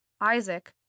isaac